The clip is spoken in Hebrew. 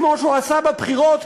כמו שהוא עשה בבחירות,